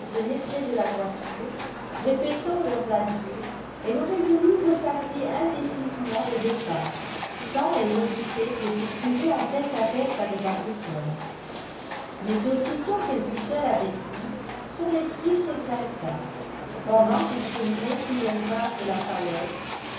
tenaient près de la voiture répétant leurs adieux elle aurait voulu retarder indéfiniment le départ tant elle redoutait de se trouver en tête-à-tête avec arbuton mais aussitôt qu'elle fut seule avec lui son esprit s'exalta pendant qu'ils cheminaient sous l'ombrage de la falaise